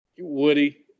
Woody